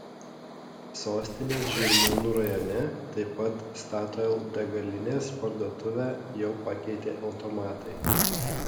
sostinės žirmūnų rajone taip pat statoil degalinės parduotuvę jau pakeitė automatai